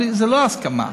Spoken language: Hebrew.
זה לא הסכמה.